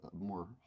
more